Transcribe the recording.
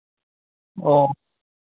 ᱚᱸᱻ